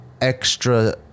extra